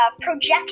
project